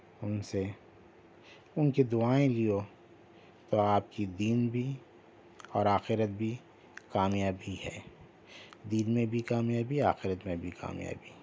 ان سے ان کی دعائیں لو تو آپ کی دین بھی اور آخرت بھی کامیابی ہے دین میں بھی کامیابی آخرت میں بھی کامیابی